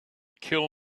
kill